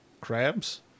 Crabs